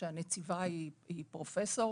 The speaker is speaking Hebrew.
שהנציבה היא פרופסור.